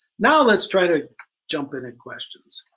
now let's try to jump in in questions.